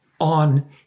on